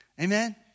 Amen